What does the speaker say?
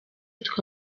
twe